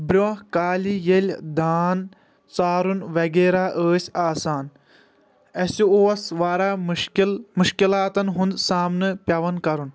برۄنٛہہ کالہِ ییٚلہِ دان ژارُن وغیرہ أسۍ آسان اَسہِ واریاہ مشکِل مُشکِلاتن ہُنٛد سامنہٕ پیٚوان کرُن